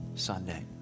Sunday